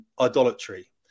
idolatry